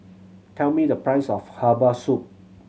tell me the price of herbal soup